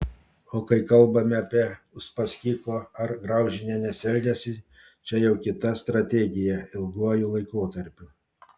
o kai kalbame apie uspaskicho ar graužinienės elgesį čia jau kita strategija ilguoju laikotarpiu